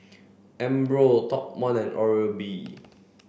Umbro Top One and Oral B